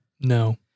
No